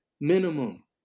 minimum